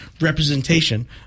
representation